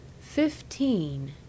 Fifteen